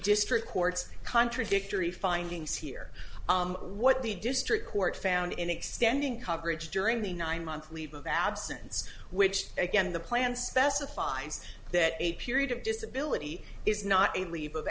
district court's contradictory findings here what the district court found in extending coverage during the nine month leave of absence which again the plan specifies that a period of disability is not a leave of